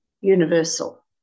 universal